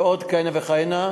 ועוד כהנה וכהנה.